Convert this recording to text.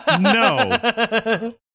No